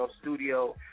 studio